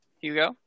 Hugo